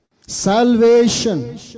salvation